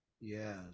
Yes